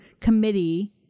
committee